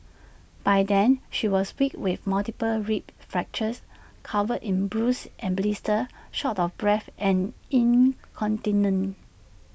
by then she was weak with multiple rib fractures covered in bruises and blisters short of breath and incontinent